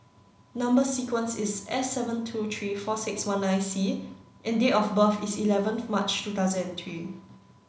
number sequence is S seven two three four six one nine C and date of birth is eleven March two thousand and three